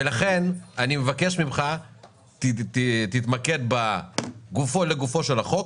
ולכן אני מבקש ממך תתמקד לגופו של החוק,